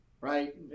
right